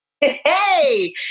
Hey